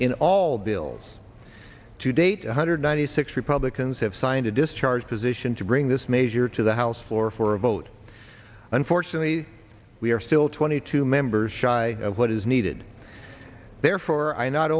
in all bills to date one hundred ninety six republicans have signed a discharge position to bring this measure to the house floor for a vote unfortunately we are still twenty two members shy of what is needed therefore i not